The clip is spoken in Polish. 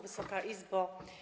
Wysoka Izbo!